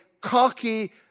cocky